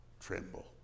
tremble